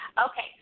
Okay